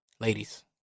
Ladies